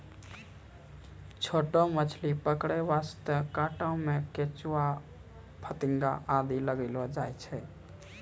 छोटो मछली पकड़ै वास्तॅ कांटा मॅ केंचुआ, फतिंगा आदि लगैलो जाय छै